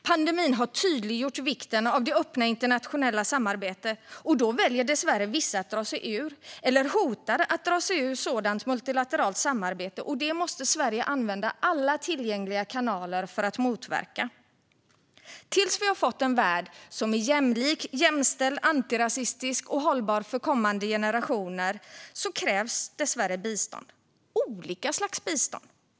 Pandemin har tydliggjort vikten av det öppna internationella samarbetet. Dessvärre väljer då vissa att dra sig ur eller hota att dra sig ur sådant multilateralt samarbete. Det måste Sverige använda alla tillgängliga kanaler för att motverka. Tills vi fått en värld som är jämlik, jämställd, antirasistisk och hållbar för kommande generationer krävs bistånd - olika slags bistånd.